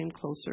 closer